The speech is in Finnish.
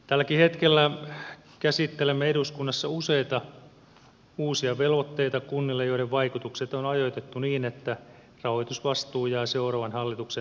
tälläkin hetkellä käsittelemme eduskunnassa useita uusia velvoitteita kunnille joiden vaikutukset on ajoitettu niin että rahoitusvastuu jää seuraavan hallituksen murheeksi